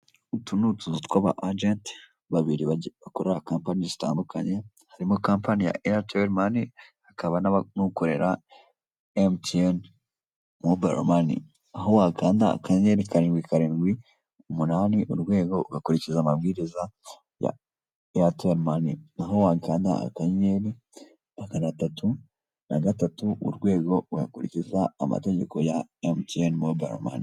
Utu ni utuzu tw'aba agenti babiri bakorera kampani zitandukanye harimo kampani ya eyateli mani hakaba n'ukorera emutiyeni mobayiri mani aho wakanda akanyenyeri karindwi karindwi umunani urwego ugakurikiza amabwiriza ya eyateli mani, aho wakanda akanyenyeri magana atatu na gatatu urwego ugakurikiza amategeko ya emutiyeni mobayiri mani.